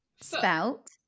Spelt